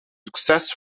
succes